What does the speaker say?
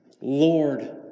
Lord